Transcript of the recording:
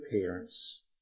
parents